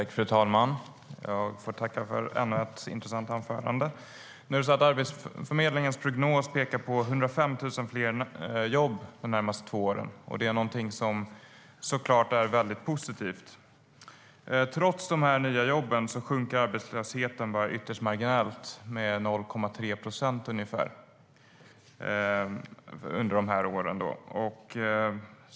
Fru talman! Jag får tacka för ännu ett intressant anförande. Arbetsförmedlingens prognos pekar på 105 000 fler jobb de närmaste två åren. Det är något som såklart är positivt. Trots de nya jobben sjunker arbetslösheten bara marginellt, med 0,3 procent ungefär.